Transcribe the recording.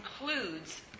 includes